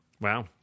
Wow